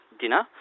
Dinner